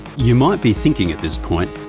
you might be thinking at this point,